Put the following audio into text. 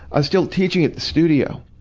i was still teaching at the studio.